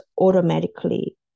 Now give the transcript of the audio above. automatically